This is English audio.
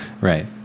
right